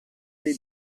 dei